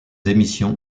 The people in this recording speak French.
émissions